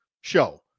show